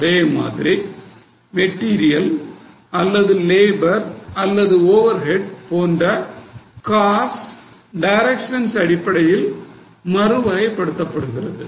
அதே மாதிரி மெட்டீரியல் அல்லது லேபர் அல்லது ஓவர்ஹெட் போன்ற காஸ்ட்ஸ் டைரக்ட்னஸ் அடிப்படையில் மறுவகைப்படுத்தபடுகிறது